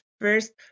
first